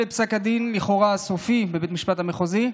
את פסק הדין הסופי לכאורה בבית המשפט המחוזי,